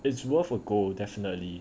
it's worth a go definitely